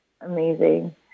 amazing